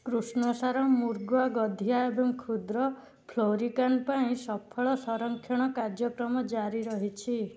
କୃଷ୍ଣସାର ମୃଗ ଗଧିଆ ଏବଂ କ୍ଷୁଦ୍ର ଫ୍ଲୋରିକାନ ପାଇଁ ସଫଳ ସଂରକ୍ଷଣ କାର୍ଯ୍ୟକ୍ରମ ଜାରି ରହିଛି